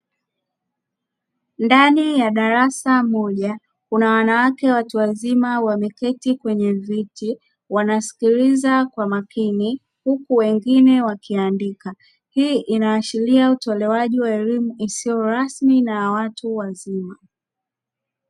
Ndani ya darasa moja kuna wanawake watu wazima wameketi kwenye viti wanasikiliza kwa makini huku wengine wakiandika, hii inaashiria utolewaji wa elimu isiyo rasmi na watu wazima.